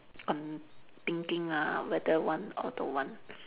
con~ thinking ah whether want or don't want